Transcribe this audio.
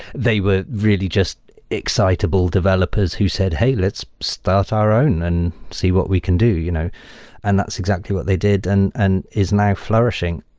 they were really just excitable developers who said, hey, let's start our own and see what we can do, you know and that's exactly what they did and and is now flourishing.